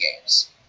games